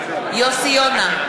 יונה,